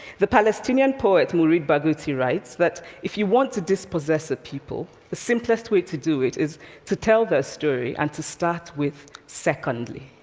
the palestinian poet mourid barghouti writes that if you want to dispossess a people, the simplest way to do it is to tell their story and to start with, secondly.